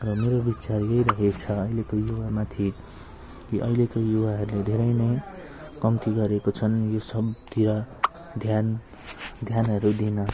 र मेरो विचार यही रहेछ अहिलेको युवामाथि यो अहिलेको युवाहरूले धेरै नै कम्ती गरेको छन् यो सबतिर ध्यान ध्यानहरू दिन